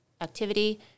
activity